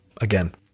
again